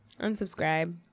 Unsubscribe